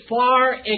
far